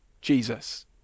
Jesus